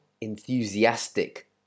enthusiastic